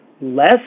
less